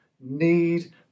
need